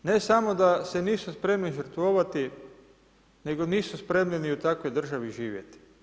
Ne samo da se nisu spremni žrtvovati, nego nisu spremni ni u takvoj državi živjeti.